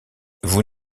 vous